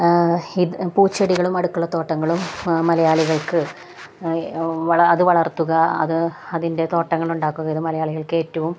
ഇതു പൂച്ചെടികളും അടുക്കളത്തോട്ടങ്ങളും മലയാളികൾക്ക് അതു വളർത്തുക അത് അതിൻ്റെ തോട്ടങ്ങളുണ്ടാക്കുകയെന്നതു മലയാളികൾക്കേറ്റവും